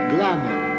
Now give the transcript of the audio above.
Glamour